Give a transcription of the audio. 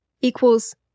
equals